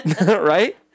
Right